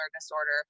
disorder